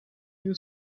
you